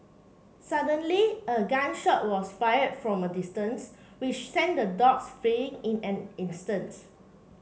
suddenly a gun shot was fired from a distance which sent the dogs fleeing in an instant